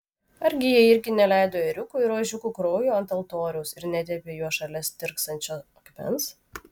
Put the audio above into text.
argi jie irgi neleido ėriukų ir ožiukų kraujo ant altoriaus ir netepė juo šalia stirksančio akmens